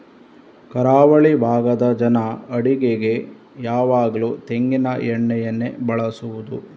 ಕರಾವಳಿ ಭಾಗದ ಜನ ಅಡಿಗೆಗೆ ಯಾವಾಗ್ಲೂ ತೆಂಗಿನ ಎಣ್ಣೆಯನ್ನೇ ಬಳಸುದು